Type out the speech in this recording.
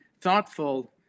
thoughtful